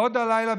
עוד הלילה,